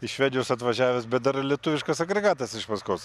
iš švedijos atvažiavęs bet dar lietuviškas agregatas iš paskos